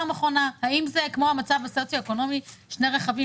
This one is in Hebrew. האם זה כמו המצב הסוציו-אקונומי, שני רכבים